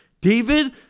David